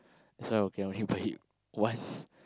that's why okay lor I only bought it once